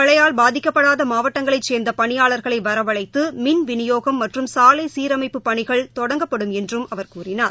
மழையால் பாதிக்கப்படாதமாவட்டங்களைச் சேர்ந்தபணியாளர்களைவரவழைத்துமின் புயல் விநியோகம் மற்றும் சாலைசீரமைப்புப் பணிகள் தொடங்கப்படும் என்றும் அவர் கூறினார்